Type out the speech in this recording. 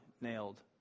nailed